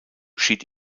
schied